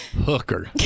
hooker